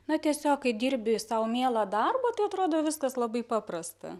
na tiesiog kai dirbi sau mielą darbą tai atrodo viskas labai paprasta